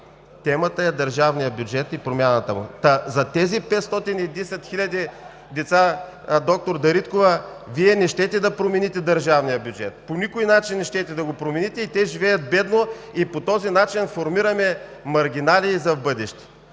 Темата е държавният бюджет и промяната му. За тези 510 хиляди деца, доктор Дариткова, Вие не искате да промените държавния бюджет – по никой начин не искате да го промените, и те живеят бедно! По този начин формираме маргинали и за в бъдеще,